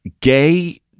Gay